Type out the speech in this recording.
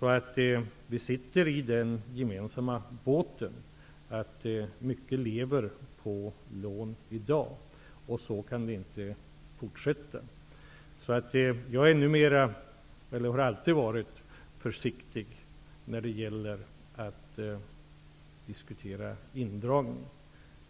Även här sitter vi i samma båt. Många verksamheter lever i dag på lån. Så kan det inte fortsätta. Jag har alltid varit försiktig när det gäller att diskutera indragningar.